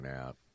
out